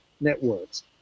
networks